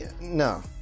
No